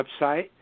website